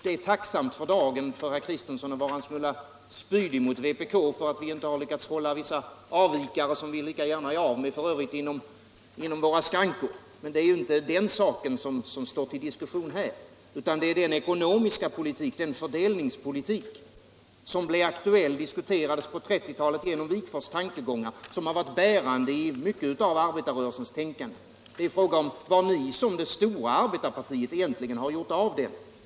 Det är tacksamt för dagen för herr Kristenson att vara en smula spydig mot vpk för att vi inte har lyckats hålla vissa avvikare, som vi f. ö. lika gärna är av med, inom våra skrankor, men det är inte den saken som står till diskussion här utan det är den ekonomiska politik och den fördelningspolitik som blev aktuell och diskuterades på 1930-talet genom Wigforss tankegångar och som har varit bärande i mycket av arbetarrörelsens tänkande. Det är fråga om vad ni som det stora arbetarpartiet egentligen har gjort av dem.